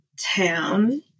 town